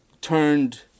turned